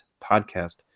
podcast